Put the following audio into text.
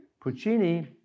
Puccini